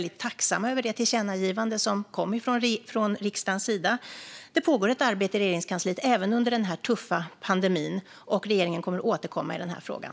Det pågår ett arbete i Regeringskansliet även under den här tuffa pandemin, och regeringen kommer att återkomma i frågan.